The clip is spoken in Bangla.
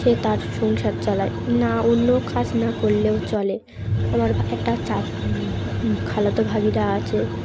সে তার সংসার চালায় না অন্য কাজ না করলেও চলে আমার একটা চা খালাতো ভাবিরা আছে